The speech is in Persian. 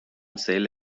سیل